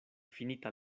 finita